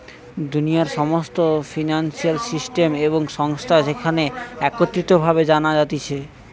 দুনিয়ার সমস্ত financial system এবং সংস্থা যেখানে একত্রিত ভাবে জানা যাতিছে